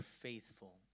faithful